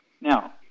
Now